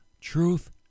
truth